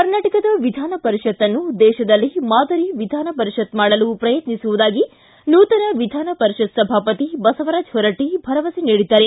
ಕರ್ನಾಟಕದ ವಿಧಾನ ಪರಿಷತ್ ಅನ್ನು ದೇಶದಲ್ಲೇ ಮಾದರಿ ವಿಧಾನಪರಿಷತ್ ಮಾಡಲು ಪ್ರಯತ್ನಿಸುವುದಾಗಿ ನೂತನ ವಿಧಾನ ಪರಿಷತ್ ಸಭಾಪತಿ ಬಸವರಾಜ ಹೊರಟ್ಟಿ ಭರವಸೆ ನೀಡಿದ್ದಾರೆ